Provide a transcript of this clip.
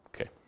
Okay